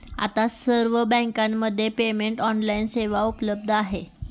आता सर्व बँकांमध्ये पेमेंट ऑनलाइन सेवा उपलब्ध आहे